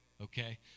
Okay